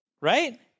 right